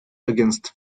against